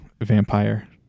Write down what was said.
vampire